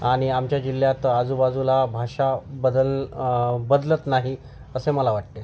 आणि आमच्या जिल्ह्यात आजूबाजूला भाषा बदल बदलत नाही असे मला वाटते